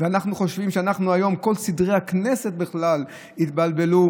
ואנחנו חושבים שכל סדרי הכנסת בכלל התבלבלו,